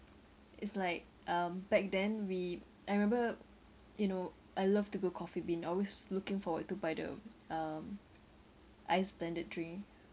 it's like um back then we I remember you know I love to go Coffee Bean I always looking forward to buy the um ice blended drink